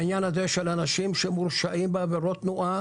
העניין הזה של אנשים שמורשעים בעבירות תנועה